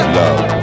love